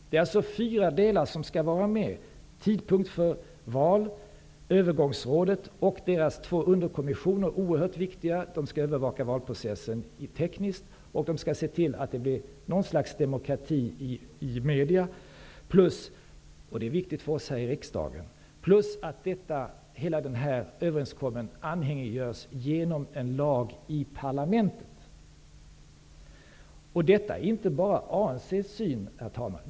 Det är alltså fyra delar som skall vara med: tidpunkt för val, övergångsrådet och dess två underkommissioner, som är oerhört viktiga och som skall övervaka valprocessen tekniskt och se till att det blir något slags demokrati i media, plus -- det är viktigt för oss här i riksdagen -- en lag i parlamentet där hela den här överenskommelsen anhängiggörs. Detta är inte bara ANC:s syn, herr talman.